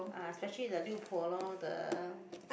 uh especially the 六婆 lor the